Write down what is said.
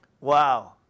Wow